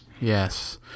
Yes